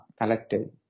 collected